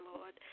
Lord